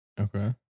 Okay